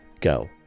Go